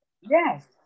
yes